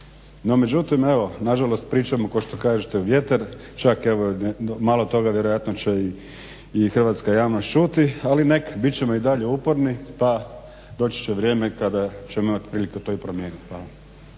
No, međutim, evo nažalost pričamo kao što kažete u vjetar, čak malo toga vjerojatno će i hrvatska javnost čuti, ali neka bit ćemo i dalje uporni pa doći će vrijeme kada ćemo imati priliku to i promijeniti. Hvala.